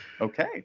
okay